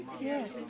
Yes